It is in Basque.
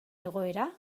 egoera